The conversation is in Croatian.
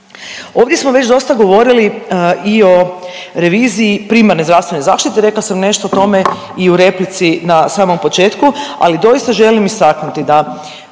Ovdje smo već dosta govorili i o reviziji primarne zdravstvene zaštite, rekla sam nešto o tome i u replici na samom početku, ali doista želim istaknuti da